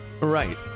Right